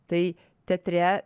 tai teatre